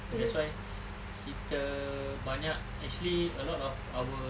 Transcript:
so that's why kita banyak actually a lot of our